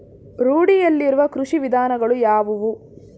ರೂಢಿಯಲ್ಲಿರುವ ಕೃಷಿ ವಿಧಾನಗಳು ಯಾವುವು?